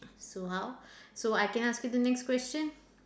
so how so I can ask you the next question